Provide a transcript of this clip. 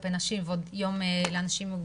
כלפי נשים ועוד יום עם אנשים עם מוגבלויות,